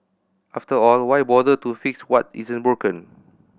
after all why bother to fix what isn't broken